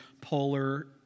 polar